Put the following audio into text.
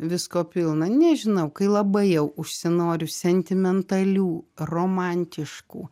visko pilna nežinau kai labai jau užsinoriu sentimentalių romantiškų